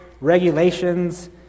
regulations